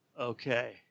Okay